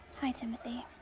hi, timothy.